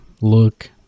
look